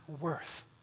worth